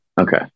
okay